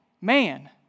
man